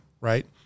right